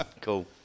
cool